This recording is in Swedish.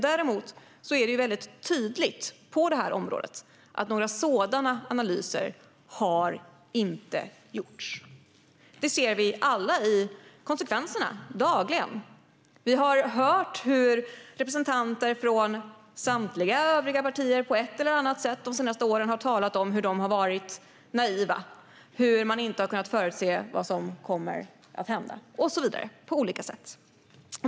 Däremot är det på det området väldigt tydligt att några sådana analyser inte har gjorts. Detta ser vi alla dagligen konsekvenserna av. Vi har hört hur representanter från samtliga övriga partier på ett eller annat sätt har talat om hur de har varit naiva och inte har kunnat förutse vad som kommer att hända och så vidare, på olika sätt.